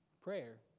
prayer